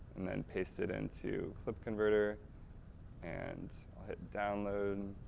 and then paste it into clipconverter and hit download,